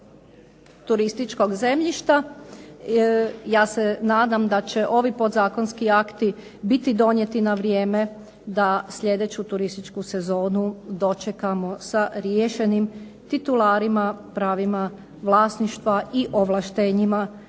turističkog zemljišta ja se nadam da će ovi podzakonski akti biti donijeti na vrijeme da sljedeću turističku sezonu dočekamo sa riješenim titularima, pravima vlasništva i ovlaštenjima